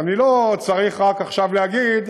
אז אני לא צריך עכשיו לדבר